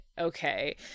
okay